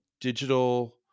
Digital